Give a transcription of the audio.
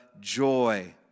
joy